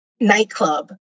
nightclub